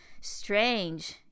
strange